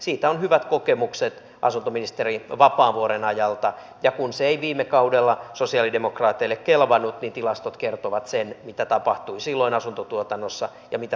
siitä on hyvät kokemukset asuntoministeri vapaavuoren ajalta ja kun se ei viime kaudella sosialidemokraateille kelvannut niin tilastot kertovat sen mitä tapahtui silloin asuntotuotannossa ja mitä tapahtui vuokrissa